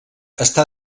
està